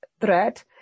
threat